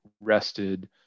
rested